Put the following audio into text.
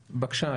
בבקשה,